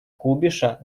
кубиша